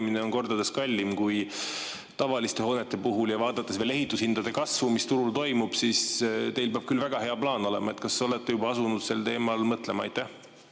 kordades kallim kui tavaliste hoonete puhul. Vaadates veel ehitushindade kasvu, mis turul toimub, siis teil peab küll väga hea plaan olema. Kas olete juba asunud sel teemal mõtlema? Aitäh,